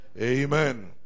Amen